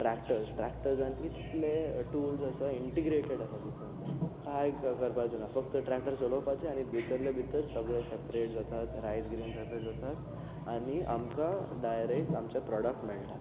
tractors ट्रॅक्टर्जान इतले tools आसा इंटिग्रेटेड आसा तातूंत कांय कर करपाचें ना फक्त ट्रॅक्टर चलोवपाचे आनी भितरले भितर सगळें सॅपरेट जातात रायस ग्रेन्स सॅपरेट जातात आनी आमकां डायरेक्ट आमचे प्रॉडक्ट मेळटात